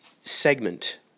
segment